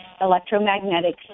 electromagnetic